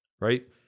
right